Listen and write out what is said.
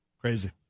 Crazy